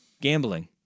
Gambling